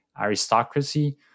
aristocracy